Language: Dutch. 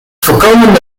voorkomen